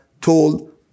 told